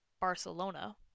Barcelona